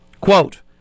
quote